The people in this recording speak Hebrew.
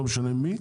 לא משנה מי,